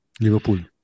Liverpool